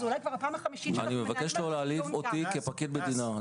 זו אולי כבר הפעם החמישית --- אני מבקש לא להעליב אותי כפקיד מדינה.